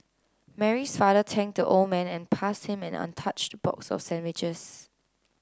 Mary's father thanked the old man and passed him an untouched box of sandwiches